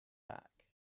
back